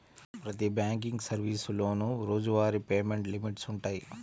ప్రతి బ్యాంకింగ్ సర్వీసులోనూ రోజువారీ పేమెంట్ లిమిట్స్ వుంటయ్యి